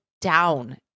down